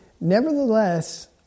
nevertheless